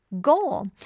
Goal